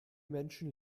menschen